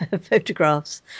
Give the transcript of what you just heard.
photographs